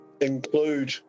include